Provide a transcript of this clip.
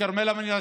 מנשה.